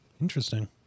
interesting